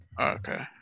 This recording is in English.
Okay